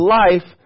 life